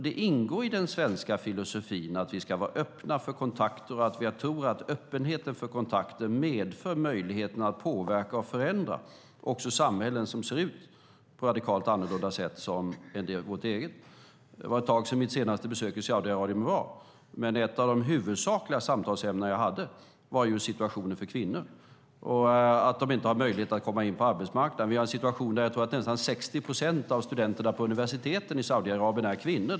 Det ingår i den svenska filosofin att vi ska vara öppna för kontakter, och jag tror att öppenheten för kontakter medför möjligheten att påverka och förändra också samhällen som ser ut på radikalt annorlunda sätt än vårt eget. Det var ett tag sedan mitt senaste besök i Saudiarabien, men ett av de huvudsakliga samtalsämnena då var just situationen för kvinnor och att de inte har möjlighet att komma in på arbetsmarknaden. Situationen är den att nästan 60 procent av studenterna på universiteten i Saudiarabien är kvinnor.